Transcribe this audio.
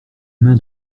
main